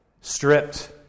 stripped